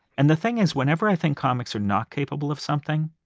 and the thing is, whenever i think comics are not capable of something,